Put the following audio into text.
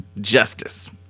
justice